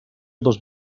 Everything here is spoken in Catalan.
dos